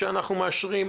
שאנחנו מאשרים,